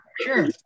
sure